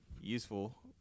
Useful